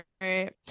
right